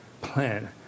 plan